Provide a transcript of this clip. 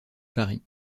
paris